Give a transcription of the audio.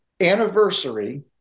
anniversary